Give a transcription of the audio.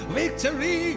victory